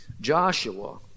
Joshua